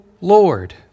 Lord